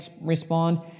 respond